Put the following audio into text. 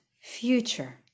future